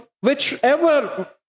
Whichever